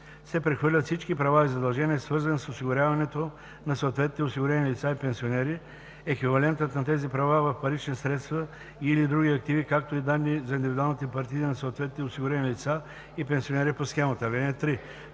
се прехвърлят всички права и задължения, свързани с осигуряването на съответните осигурени лица и пенсионери, еквивалентът на тези права в парични средства и/или други активи, както и данни за индивидуалните партиди на съответните осигурени лица и пенсионери по схемата.